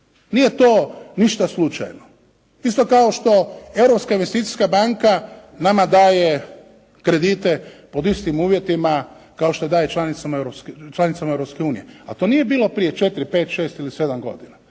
Nije to ništa slučajno. Isto kao što Europska investicijska banka nama daje kredite pod istim uvjetima kao što daje članicama Europske unije, a to nije bilo prije 4, 5, 6 ili 7 godina.